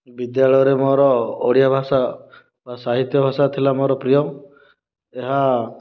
ବିଦ୍ୟାଳୟରେ ମୋର ଓଡ଼ିଆ ଭାଷା ଓ ସାହିତ୍ୟ ଭାଷା ଥିଲା ମୋର ପ୍ରିୟ ଏହା